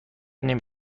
نمی